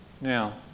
Now